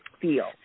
feel